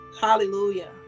Hallelujah